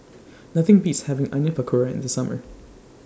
Nothing Beats having Onion Pakora in The Summer